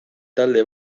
talde